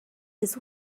his